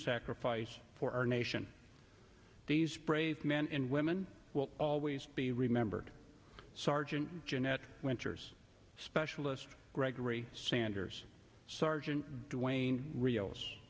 sacrifice for our nation these brave men and women will always be remembered sergeant jeannette winters specialist gregory sanders sergeant dwayne rios